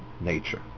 nature